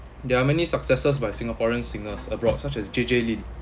there are many successes by singaporean singers abroad such as J_J lin